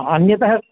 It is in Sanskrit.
अन्यतः